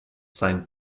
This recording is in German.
sein